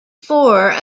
four